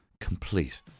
complete